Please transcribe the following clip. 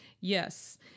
Yes